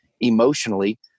emotionally